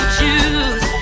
choose